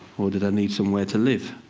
or do they need somewhere to live?